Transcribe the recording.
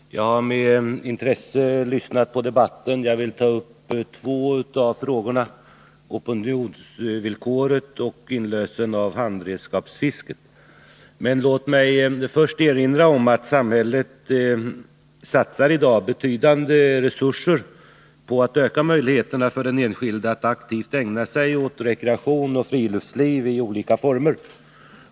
Herr talman! Jag har med intresse lyssnat på debatten. Två frågor skall jag ta upp, opinionsvillkoret och frågan om inlösen av handredskapsfisket. Låt mig emellertid först erinra om att samhället i dag satsar betydande resurser på att öka möjligheterna för den enskilde att aktivt ägna sig åt rekreation och friluftsliv i olika former.